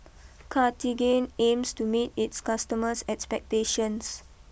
Cartigain aims to meet its customers expectations